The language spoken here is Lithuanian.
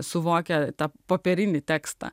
suvokia tą popierinį tekstą